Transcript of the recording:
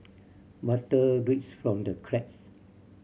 water drips from the cracks